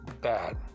bad